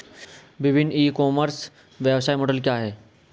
विभिन्न e commerce व्यवसाय model क्या हैं?